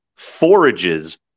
Forages